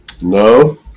No